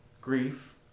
Grief